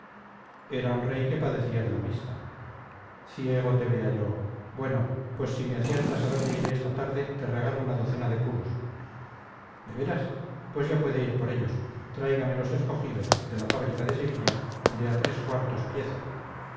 era un rey que padecía de la vista ciego te vea yo bueno pues si me aciertas a dónde iré esta tarde te regalo una docena de puros de veras pues ya puede ir por ellos tráigamelos escogidos de la fábrica de sevilla de a tres cuartos pieza